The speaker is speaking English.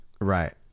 Right